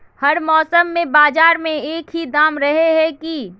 हर मौसम में बाजार में एक ही दाम रहे है की?